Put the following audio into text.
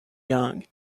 young